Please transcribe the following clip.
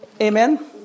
Amen